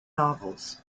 novels